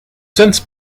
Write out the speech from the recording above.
since